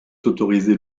autoriser